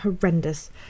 horrendous